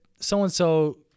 so-and-so